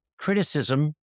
criticism